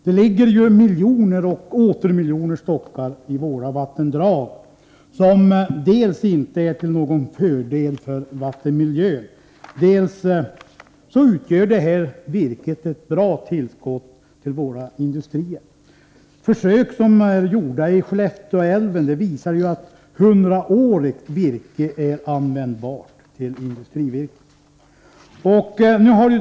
Det ligger i våra vattendrag miljoner och åter miljoner stockar som dels inte är till någon fördel för vattenmiljön, dels skulle utgöra ett bra tillskott till våra industrier. Försök som är gjorda i Skellefteälven visar att hundraårigt virke är användbart som industrivirke.